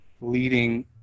leading